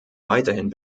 weiterhin